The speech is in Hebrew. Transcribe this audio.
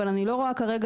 אבל אני לא רואה כרגע,